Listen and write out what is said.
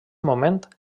moment